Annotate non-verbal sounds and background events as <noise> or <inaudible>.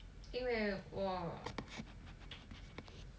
因为我 <noise>